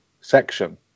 section